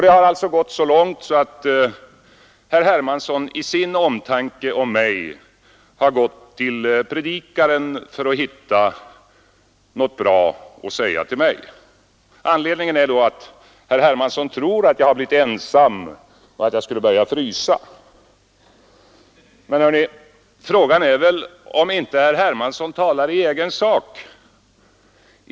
Det har gått så långt att herr Hermansson i sin omtanke om mig har sökt sig till Predikaren för att hitta något vänligt att säga till mig. Anledningen är att herr Hermansson tror att jag har blivit ensam och fruktar att jag skulle börja frysa. Men frågan är väl om inte herr Hermansson talar i egen sak.